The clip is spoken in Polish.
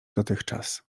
dotychczas